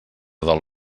dol